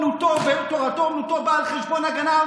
להפריע.